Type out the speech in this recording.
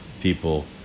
people